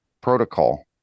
protocol